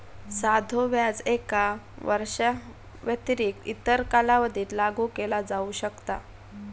साधो व्याज एका वर्षाव्यतिरिक्त इतर कालावधीत लागू केला जाऊ शकता